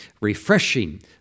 refreshing